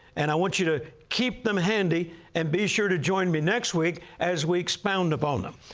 and i want you to keep them handy and be sure to join me next week as we expound upon them.